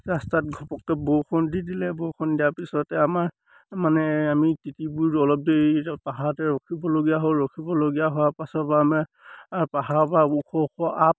ৰাস্তাত ঘপককৈ বৰষুণ দি দিলে বৰষুণ দিয়াৰ পিছতে আমাৰ মানে আমি তিতি বুৰি অলপ দেৰি পাহাৰতে ৰখিবলগীয়া হ'ল ৰখিবলগীয়া হোৱাৰ পাছৰপৰা আমি পাহাৰৰ পৰা ওখ ওখ আপ